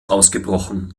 ausgebrochen